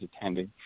attending